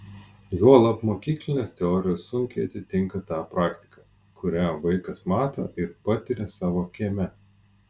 juolab mokyklinės teorijos sunkiai atitinka tą praktiką kurią vaikas mato ir patiria savo kieme